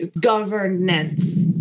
governance